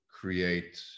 create